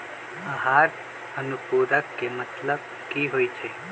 आहार अनुपूरक के मतलब की होइ छई?